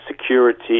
security